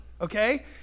okay